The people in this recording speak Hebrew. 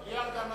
בלי הרדמה.